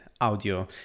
audio